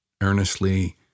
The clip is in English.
Earnestly